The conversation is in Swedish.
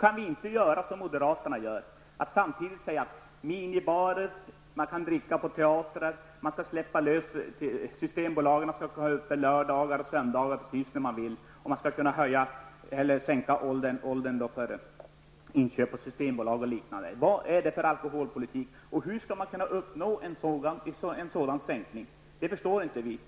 kan vi inte göra som moderaterna och samtidigt säga att minibarer skall finnas, att man kan dricka på teatrar, att man skall låta Systembolaget ha öppet på lördagar och söndagar och att man skall sänka åldern för inköp på Systembolaget osv. Vad är det för alkoholpolitik? Hur skall man uppnå en sådan sänkning? Det förstår vi inte.